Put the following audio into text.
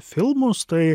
filmus tai